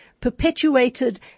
perpetuated